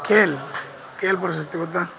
ಖೇಲ್ ಖೇಲ್ ಪ್ರಶಸ್ತಿ ಗೊತ್ತಾ